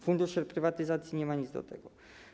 Fundusz Reprywatyzacji nie ma nic do tego.